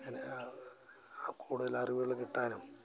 തനഹാ കൂടുതൽ അറിവുകൾ കിട്ടാനും